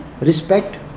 respect